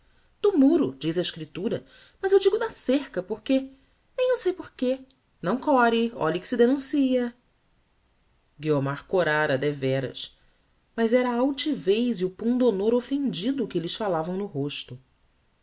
do muro diz a escriptura mas eu digo da cerca porque nem eu sei porque não core olhe que se denuncia guiomar corára deveras mas era a altivez e o pundonor offendido que lhe falavam no rosto